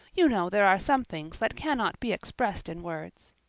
you know there are some things that cannot be expressed in words.